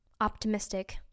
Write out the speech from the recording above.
optimistic